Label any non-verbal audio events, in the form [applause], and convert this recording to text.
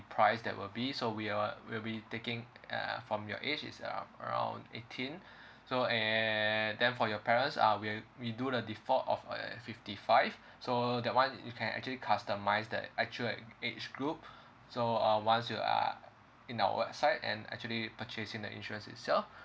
price that will be so we're we'll be taking uh from your age is uh around eighteen [breath] so and then for your parents uh we'll we do the default of uh fifty five so that one you can actually customize the actual age group so uh once you are in our website and actually purchase in the insurance itself [breath]